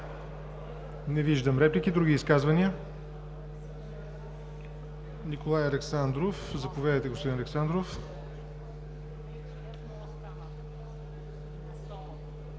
Не виждам. Други изказвания? Николай Александров. Заповядайте, господин Александров.